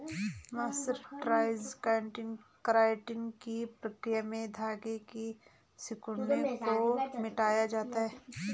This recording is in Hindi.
मर्सराइज्ड कॉटन की प्रक्रिया में धागे की सिकुड़न को मिटाया जाता है